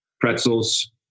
pretzels